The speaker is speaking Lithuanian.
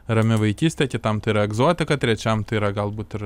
rami vaikystė kitam tai yra egzotika trečiam tai yra galbūt ir